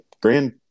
grand